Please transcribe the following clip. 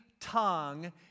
tongue